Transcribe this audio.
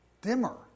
dimmer